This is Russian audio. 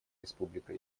республика